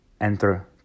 enter